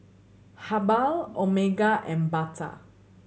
Habhal Omega and Bata